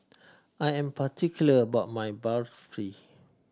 I am particular about my Barfi